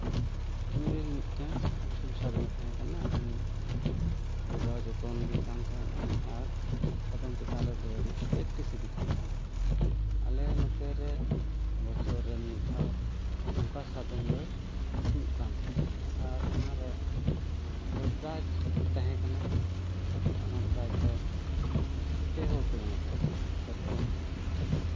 ᱤᱧᱨᱮᱱ ᱢᱤᱫᱴᱮᱱ ᱟᱹᱥᱩᱞ ᱥᱟᱫᱚᱢᱮ ᱛᱟᱦᱮᱸ ᱠᱟᱱᱟ ᱩᱱᱤ ᱡᱳᱜᱟᱣ ᱡᱚᱛᱚᱱ ᱮᱫᱮ ᱠᱟᱱ ᱛᱟᱦᱮᱱᱟᱹᱧ ᱟᱨ ᱥᱟᱫᱚᱢ ᱪᱮᱛᱟᱱ ᱨᱮ ᱫᱟᱹᱲ ᱟᱞᱮ ᱱᱚᱛᱮ ᱨᱮ ᱵᱚᱪᱷᱚᱨ ᱨᱮ ᱢᱤᱫ ᱫᱷᱟᱣ ᱱᱚᱝᱠᱟ ᱥᱟᱫᱚᱢ ᱫᱟᱹᱲ ᱦᱩᱭᱩᱜ ᱠᱟᱱ ᱛᱟᱦᱮᱱᱚᱜᱼᱟ ᱟᱨ ᱚᱱᱟᱨᱮ ᱫᱚ ᱯᱨᱟᱭᱤᱡᱽ ᱛᱟᱦᱮᱸ ᱠᱟᱱᱟ ᱚᱱᱟ ᱯᱨᱟᱭᱤᱡᱽ ᱫᱚ ᱯᱮ ᱦᱚᱲ ᱠᱚ ᱧᱟᱢᱮᱜ ᱠᱟᱱ ᱛᱟᱦᱮ ᱠᱟᱱᱟ ᱯᱨᱚᱛᱷᱚᱢ